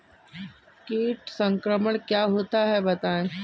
कीट संक्रमण क्या होता है बताएँ?